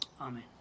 Amen